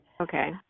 Okay